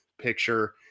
picture